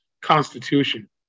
constitution